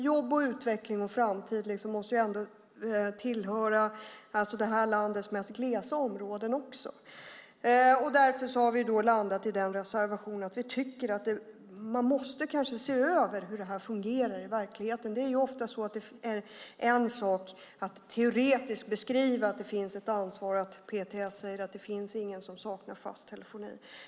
Jobb, utveckling och framtid måste tillhöra det här landets mest glesa områden också. Därför har vi landat i en reservation. Vi tycker att man måste se över hur det här fungerar i verkligheten. Det är ofta en sak att teoretiskt beskriva att det finns ett ansvar. PTS säger att det inte finns någon som saknar fast telefoni.